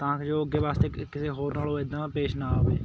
ਤਾਂ ਕਿ ਜੋ ਅੱਗੇ ਵਾਸਤੇ ਕਿ ਕਿਸੇ ਹੋਰ ਨਾਲ ਉਹ ਐਦਾਂ ਪੇਸ਼ ਨਾ ਆਵੇ